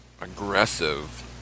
aggressive